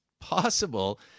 possible